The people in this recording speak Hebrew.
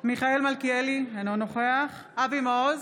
מיכאל מלכיאלי, אינו נוכח אבי מעוז,